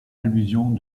allusions